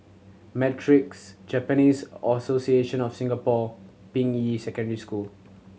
Matrix Japanese Association of Singapore Ping Yi Secondary School